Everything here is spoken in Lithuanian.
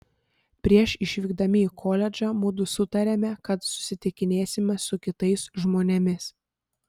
prieš išvykdami į koledžą mudu sutarėme kad susitikinėsime su kitais žmonėmis